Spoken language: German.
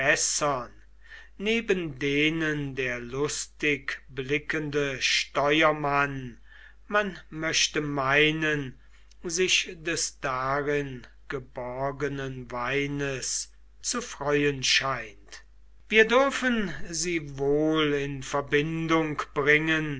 neben denen der lustig blickende steuermann man möchte meinen sich des darin geborgenen weines zu freuen scheint wir dürfen sie wohl in verbindung bringen